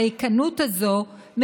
הריקנות הזאת,